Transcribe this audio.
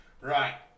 Right